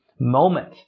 moment